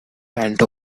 bent